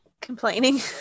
Complaining